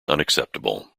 unacceptable